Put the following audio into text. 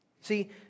See